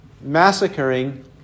massacring